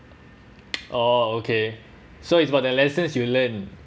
orh okay so it's about the lessons you learned